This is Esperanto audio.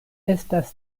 estas